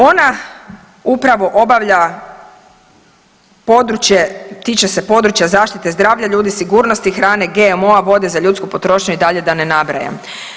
Ona upravo obavlja područje, tiče se područja zaštite zdravlja ljudi, sigurnosti hrane, GMO-a, vode za ljudsku potrošnju i dalje da ne nabrajam.